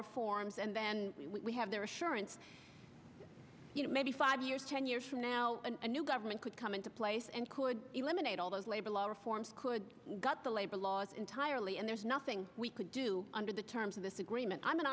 reforms and then we have their assurance that maybe five years ten years from now a new government could come into place and could eliminate all those labor law reforms could got the labor laws entirely and there's nothing we could do under the terms of this agree i'm an